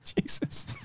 Jesus